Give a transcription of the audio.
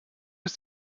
ist